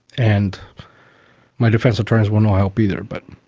and my defence attorneys were no help either, but.